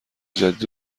جدید